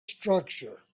structure